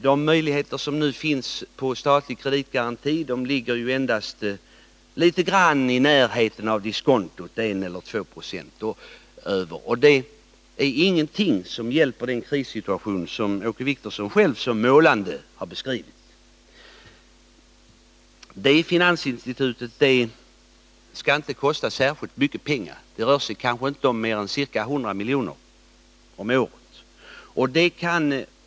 De möjligheter till statlig kreditgaranti som nu finns ligger i närheten av diskontot — endast 1 eller 2 20 däröver. Det är ingenting som hjälper i den krissituation som Åke Wictorsson själv så målande har beskrivit. Det finansinstitutet skall inte kosta särskilt mycket pengar. Det rör sig inte om mer än kanske 100 milj.kr. om året.